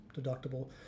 deductible